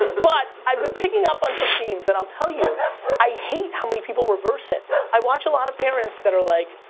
ah but i've been picking up on some themes and i'll tell you i hate how many people reverse it. i watch a lot of parents that are like,